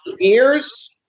ears